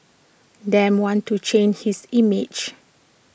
Dem wants to change his image